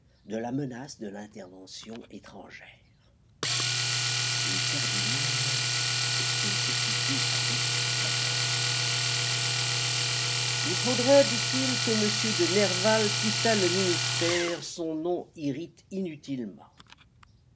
de la menace de l'intervention étrangère le cardinal était écouté avec faveur il faudrait dit-il que m de nerval quittât le ministère son nom irrite inutilement